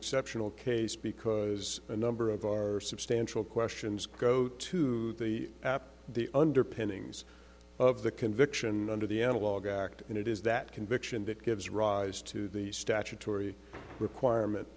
exceptional case because a number of our substantial questions go to the the underpinnings of the conviction under the analog act and it is that conviction that gives rise to the statutory requirement